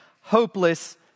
hopeless